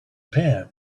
pan